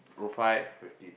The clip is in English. oh five fifteen